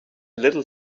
little